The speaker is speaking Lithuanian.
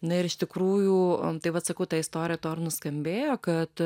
na ir iš tikrųjų o tai vat sakau ta istorija tuo ir nuskambėjo kad